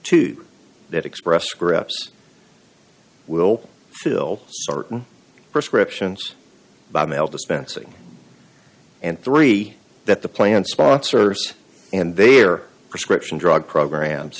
to that express scripts will fill certain prescriptions by mail dispensing and three that the plan sponsors and their prescription drug programs